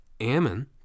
Ammon